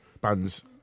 band's